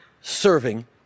serving